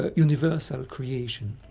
ah universal creation,